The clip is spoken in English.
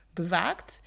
bewaakt